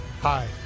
Hi